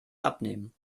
abnehmen